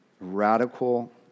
radical